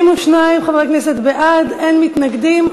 32 חברי כנסת בעד, אין מתנגדים.